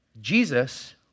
Jesus